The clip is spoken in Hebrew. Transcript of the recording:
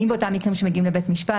האם באותם מקרים שמגיעים לבית משפט,